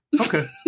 Okay